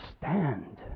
stand